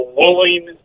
willing